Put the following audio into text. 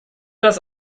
das